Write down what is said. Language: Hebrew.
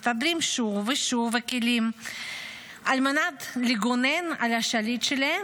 מסתדרים שוב ושוב הכלים על מנת לגונן על השליט שלהם